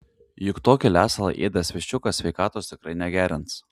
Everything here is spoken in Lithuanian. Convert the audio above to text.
juk tokį lesalą ėdęs viščiukas sveikatos tikrai negerins